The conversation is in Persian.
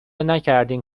نکردین